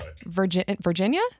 Virginia